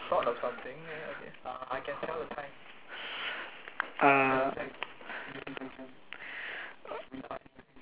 uh